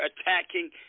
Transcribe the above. attacking